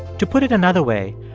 to put it another way,